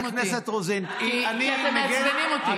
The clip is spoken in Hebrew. חברת הכנסת רוזין, אני מגן, כי אתם מעצבנים אותי.